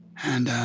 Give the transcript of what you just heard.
and